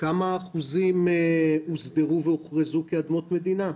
כמה אחוזים הוסדרו והוכרזו כאדמות מדינה?